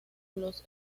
los